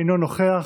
אינו נוכח,